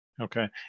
Okay